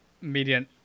median